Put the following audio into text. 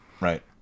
Right